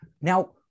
now